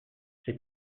c’est